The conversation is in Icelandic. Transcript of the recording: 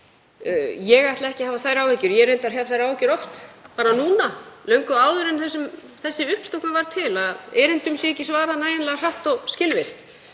Ég ætla ekki að hafa þær áhyggjur. Ég hef reyndar þær áhyggjur oft, bara núna og löngu áður en þessi uppstokkun var gerð, að erindum sé ekki svarað nægilega hratt og skilvirkt.